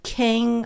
king